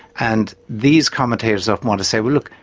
and these commentators often want to say, well look,